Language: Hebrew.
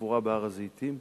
לקבורה בהר-הזיתים.